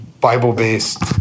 Bible-based